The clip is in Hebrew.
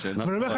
ואני אומר לך,